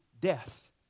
death